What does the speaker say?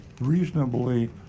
reasonably